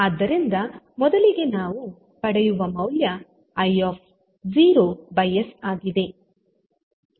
ಆದ್ದರಿಂದ ಮೊದಲಿಗೆ ನಾವು ಪಡೆಯುವ ಮೌಲ್ಯ is ಆಗಿದೆ